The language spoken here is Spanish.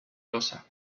losa